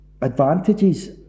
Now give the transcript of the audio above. advantages